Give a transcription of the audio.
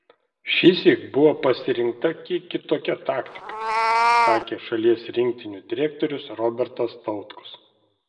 šįsyk buvo pasirinkta kiek kitokia taktika sakė šalies rinktinių direktorius robertas tautkus